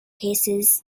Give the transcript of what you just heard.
cases